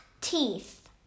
teeth